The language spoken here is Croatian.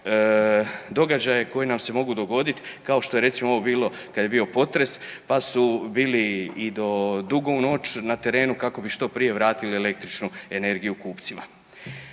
događaje koji nam se mogu dogodit kao što je recimo ovo bilo kad je bio potres pa su bili i do dugo u noć na terenu kako bi što prije vratili električnu energiju kupcima.